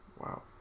Wow